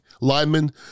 linemen